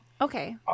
Okay